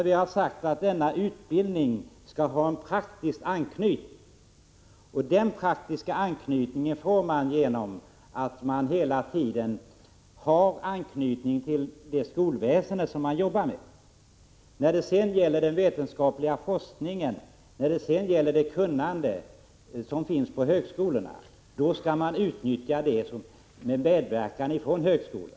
Vi säger att denna utbildning skall ha en praktisk anknytning, och denna får man genom att hela tiden ha anknytning till det skolväsende som man jobbar med. Den vetenskapliga forskning som bedrivs och det kunnande som finns på högskolorna skall utnyttjas under medverkan från högskolorna.